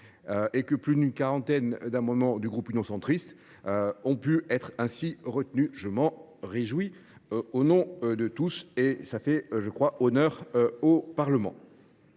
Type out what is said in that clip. et que plus d’une quarantaine d’amendements du groupe Union Centriste ont été retenus. Je m’en réjouis au nom de tous. Ces éléments font, je crois, honneur au Parlement.